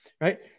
Right